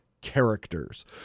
characters